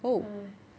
!hais!